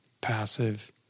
passive